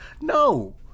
No